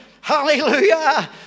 hallelujah